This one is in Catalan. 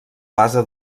base